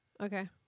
Okay